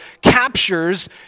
captures